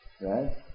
right